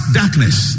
darkness